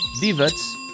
divots